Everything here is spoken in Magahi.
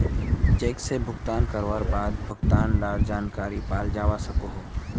चेक से भुगतान करवार बाद भुगतान लार जानकारी पाल जावा सकोहो